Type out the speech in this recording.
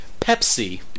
Pepsi